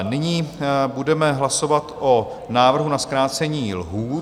Nyní budeme hlasovat o návrhu na zkrácení lhůt.